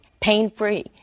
pain-free